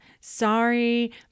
sorry